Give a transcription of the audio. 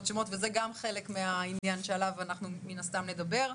שמות וזה גם חלק מהעניין שעליו אנחנו מן הסתם נדבר.